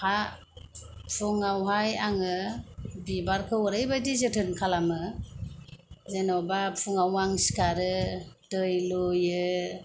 फुंआवहाय आङो बिबारखौ ओरैबायदि जोथोन खालामो जेन'बा फुंआव आं सिखारो दै लुयो